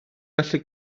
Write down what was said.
gallu